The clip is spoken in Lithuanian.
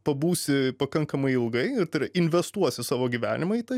pabūsi pakankamai ilgai ir tai yra investuosi savo gyvenimą į tai